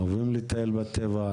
אוהבים לטייל בטבע,